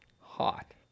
Hot